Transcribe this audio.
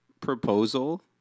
proposal